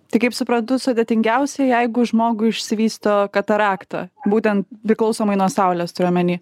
tai kaip suprantu sudėtingiausia jeigu žmogui išsivysto katarakta būtent priklausomai nuo saulės turiu omeny